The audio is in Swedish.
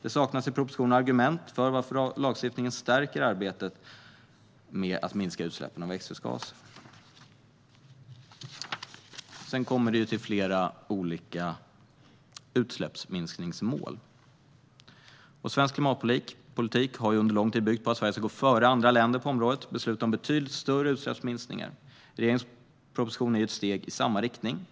I propositionen saknas argument för att lagstiftningen skulle stärka arbetet med att minska utsläppen av växthusgaser. Flera olika utsläppsminskningsmål omfattas också. Svensk klimatpolitik har under lång tid byggt på att Sverige ska gå före andra länder på området och besluta om betydligt större utsläppsminskningar. Regeringens proposition är ett steg i samma riktning.